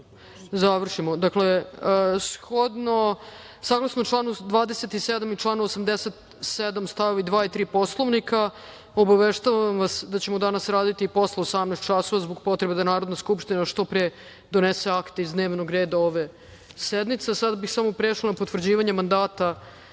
završimo. Dakle, saglasno članu 27. i članu 87. stavovi 2. i 3. Poslovnika obaveštavam vas da ćemo danas raditi i posle 18.00 časova zbog potrebe da Narodna skupština što pre donese akte iz dnevnog reda ove sednice. Sada bih samo prešla na potvrđivanje mandata